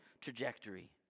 trajectory